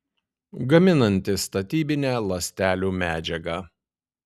gaminanti statybinę ląstelių medžiagą